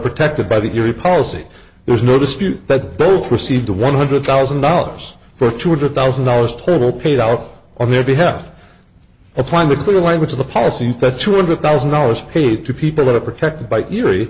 protected by the jury policy there's no dispute that both received the one hundred thousand dollars for two hundred thousand dollars total paid out on their behalf applying the clear language of the policy that two hundred thousand dollars paid to people that are protected by